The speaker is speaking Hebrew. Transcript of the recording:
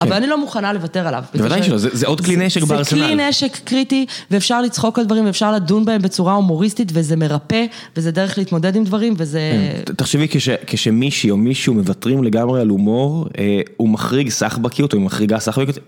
אבל אני לא מוכנה לוותר עליו. בוודאי שלא, זה עוד כלי נשק ברציונאל. זה כלי נשק קריטי, ואפשר לצחוק על דברים, ואפשר לדון בהם בצורה הומוריסטית, וזה מרפא, וזה דרך להתמודד עם דברים, וזה... תחשבי, כשמישהי או מישהוא מוותרים לגמרי על הומור, הוא מחריג סחבקיות, או היא מחריגה סחבקיות.